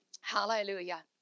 Hallelujah